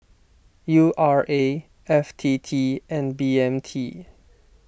U R A F T T and B M T